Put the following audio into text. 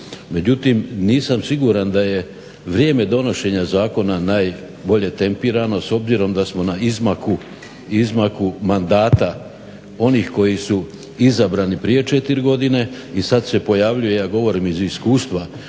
Međutim nisam siguran da je vrijeme donošenja zakona najbolje tempirano s obzirom da smo na izmaku mandata onih koji su izabrani prije 4 godine i sada se pojavljuju, ja govorim iz iskustva,